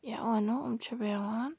یا اَنو یِم چھِ بیٚوان